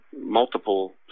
multiple